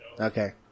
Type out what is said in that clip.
Okay